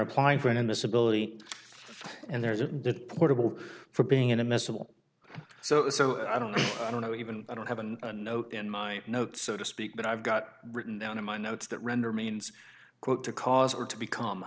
applying for an invisibility and there's a portable for being in a missile so i don't know i don't know even i don't have a note in my notes so to speak but i've got written down in my notes that render means to cause or to become